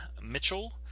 Mitchell